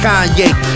Kanye